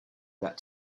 that